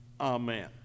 Amen